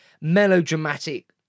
melodramatic